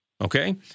Okay